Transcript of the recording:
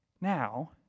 Now